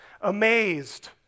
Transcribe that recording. amazed